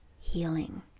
healing